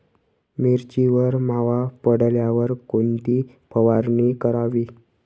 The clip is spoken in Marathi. मिरचीवर मावा पडल्यावर कोणती फवारणी करावी?